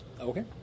Okay